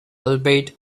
albeit